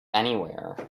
anywhere